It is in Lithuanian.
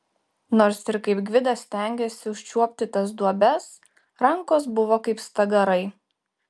nors ir kaip gvidas stengėsi užčiuopti tas duobes rankos buvo kaip stagarai